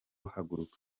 haguruka